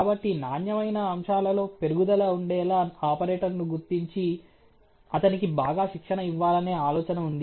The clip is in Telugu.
కాబట్టి నాణ్యమైన అంశాలలో పెరుగుదల ఉండేలా ఆపరేటర్ను గుర్తించి అతనికి బాగా శిక్షణ ఇవ్వాలనే ఆలోచన ఉంది